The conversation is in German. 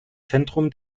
zentrum